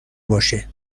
باشه